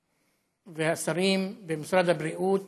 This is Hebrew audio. השרים, במשרד הבריאות